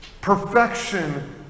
perfection